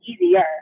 easier